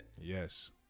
Yes